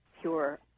pure